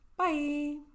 Bye